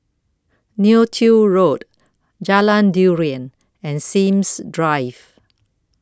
Neo Tiew Road Jalan Durian and Sims Drive